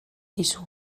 dizu